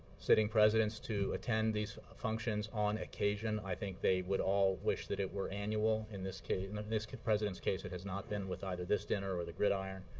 sitting presidents to attend these functions on occasion. i think they would all wish that it were annual. in this case in um this president's case, it has not been with either this dinner or the grid iron.